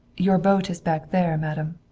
your boat is back there, madam.